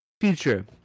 future